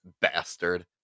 bastard